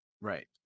Right